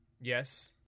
Yes